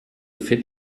fit